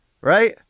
right